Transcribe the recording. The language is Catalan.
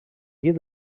llit